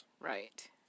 Right